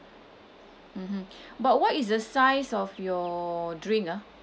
mmhmm but what is the size of your drink ah